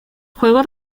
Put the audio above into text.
juego